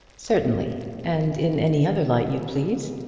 certainly and in any other light you please.